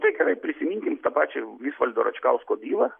nu tai gerai prisiminkim tą pačią visvaldo račkausko bylą